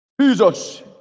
Jesus